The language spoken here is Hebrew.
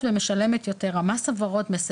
העובדה שגם אם ניכנס למוצרי הטיפוח הגבריים או